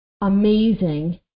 amazing